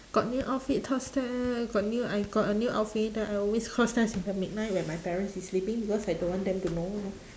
got new outfit cos test got new I got a new outfit then I always cos test in the midnight when my parents is sleeping because I don't want them to know